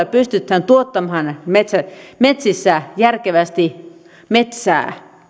alueellamme pystytään tuottamaan metsissä metsissä järkevästi